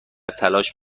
تلاش